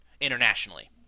internationally